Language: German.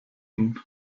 hin